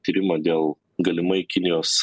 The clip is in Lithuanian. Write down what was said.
tyrimą dėl galimai kinijos